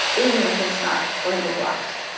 even if it's not frobel blocks.